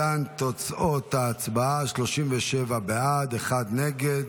להלן תוצאות ההצבעה: 37 בעד, אחד נגד,